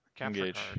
Engage